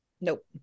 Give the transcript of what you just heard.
Nope